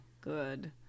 good